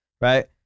right